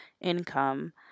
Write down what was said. income